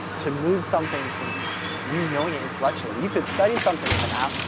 to move something from you knowing it intellectually, you could study something with an app,